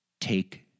Take